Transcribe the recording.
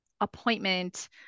appointment